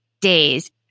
days